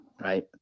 right